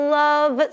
love